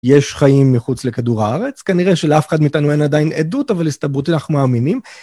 יש חיים מחוץ לכדור הארץ. כנראה שלאף אחד מאיתנו אין עדיין עדות, אבל להסתברות אנחנו מאמינים.